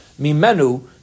Mimenu